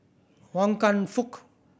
Wan Kam Fook